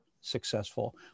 successful